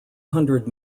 hundred